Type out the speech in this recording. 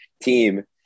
team